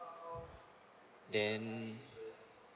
then